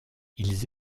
ils